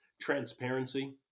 transparency